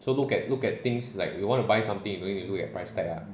so look at look at things like you want to buy something you don't need to look at price tag ah